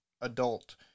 adult